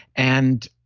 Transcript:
and